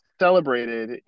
celebrated